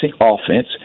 offense